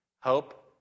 hope